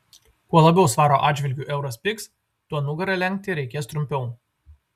kuo labiau svaro atžvilgiu euras pigs tuo nugarą lenkti reikės trumpiau